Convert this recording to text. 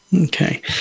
Okay